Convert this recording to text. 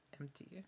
empty